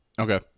okay